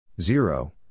Zero